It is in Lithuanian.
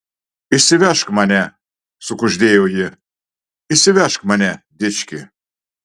išsivežk mane sukuždėjo ji išsivežk mane dički